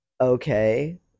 Okay